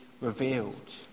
revealed